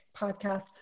podcast